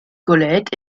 colette